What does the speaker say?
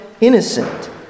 innocent